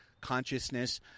Consciousness